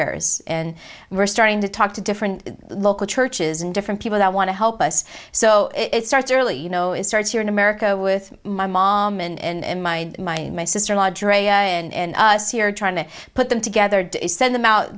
bears and we're starting to talk to different local churches and different people that want to help us so it starts early you know it starts here in america with my mom and my mind my sister in law and us here trying to put them together to send them out